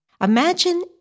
Imagine